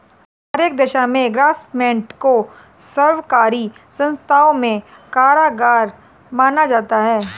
हर एक दशा में ग्रास्मेंट को सर्वकारी संस्थाओं में कारगर माना जाता है